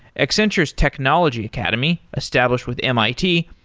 accenture's technology academy, established with mit,